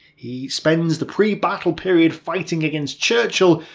he spends the pre-battle period fighting against churchill,